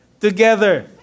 together